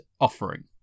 offering